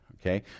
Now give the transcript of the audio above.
okay